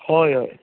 होय होय